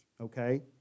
okay